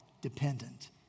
dependent